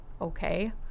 okay